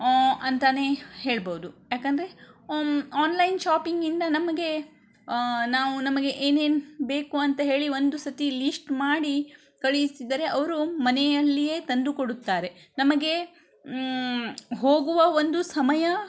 ಅಂತಲೇ ಹೇಳ್ಬೋದು ಏಕೆಂದ್ರೆ ಆನ್ಲೈನ್ ಶಾಪಿಂಗಿಂದ ನಮಗೆ ನಾವು ನಮಗೆ ಏನೇನು ಬೇಕು ಅಂತ ಹೇಳಿ ಒಂದು ಸರ್ತಿ ಲೀಸ್ಟ್ ಮಾಡಿ ಕಳಿಸಿದರೆ ಅವರು ಮನೆಯಲ್ಲಿಯೇ ತಂದು ಕೊಡುತ್ತಾರೆ ನಮಗೆ ಹೋಗುವ ಒಂದು ಸಮಯ